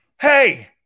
Hey